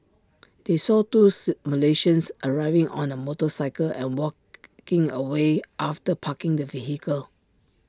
they saw two's Malaysians arriving on A motorcycle and walking away after parking the vehicle